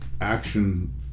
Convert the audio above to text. action